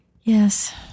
Yes